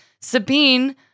Sabine